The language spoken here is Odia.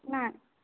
ନା